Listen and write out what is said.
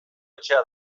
etxea